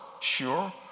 sure